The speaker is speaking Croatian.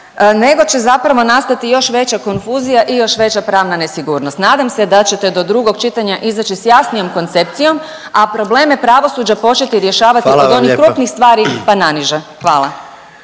nego će zapravo nastati još veća konfuzija i još veća pravna nesigurnost. Nadam se da ćete do drugog čitanja izaći s jasnijom koncepcijom, a probleme pravosuđa početi rješavati …/Upadica predsjednik: Hvala